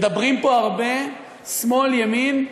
מדברים פה הרבה שמאל, ימין,